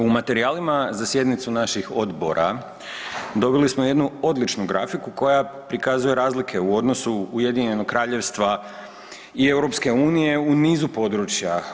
U materijalima za sjednicu naših odbora dobili smo jednu odličnu grafiku koja prikazuje razlike u odnosu Ujedinjenog Kraljevstva i EU u nizu područja.